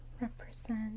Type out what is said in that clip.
represent